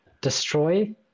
Destroy